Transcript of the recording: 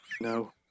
No